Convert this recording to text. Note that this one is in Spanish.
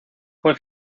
fue